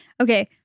Okay